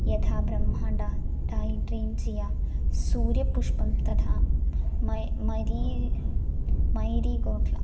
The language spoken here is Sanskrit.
यथा ब्रह्माण्डः डैट्रीन् जिया सूर्यपुष्पं तथा मै मरीरि मैरीगोठ्ळा